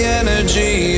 energy